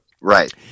Right